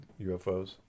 UFOs